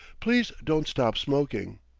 please don't stop smoking.